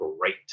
great